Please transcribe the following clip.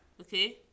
okay